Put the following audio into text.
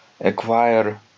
acquire